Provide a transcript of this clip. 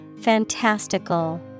Fantastical